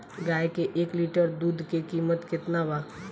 गाय के एक लिटर दूध के कीमत केतना बा?